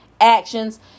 actions